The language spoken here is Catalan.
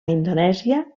indonèsia